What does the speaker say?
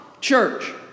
church